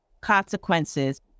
consequences